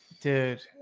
Dude